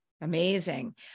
amazing